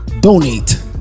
Donate